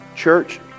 Church